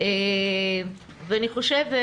אני חושבת